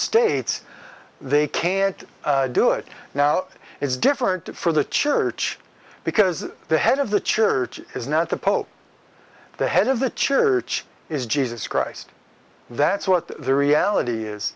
states they can't do it now it's different for the church because the head of the church is not the pope the head of the church is jesus christ that's what the reality